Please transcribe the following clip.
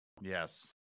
yes